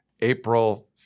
April